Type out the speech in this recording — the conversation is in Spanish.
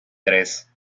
tres